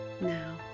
now